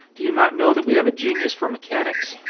do you not know that we have a genius for mechanics?